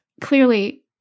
Clearly